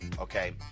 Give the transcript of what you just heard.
okay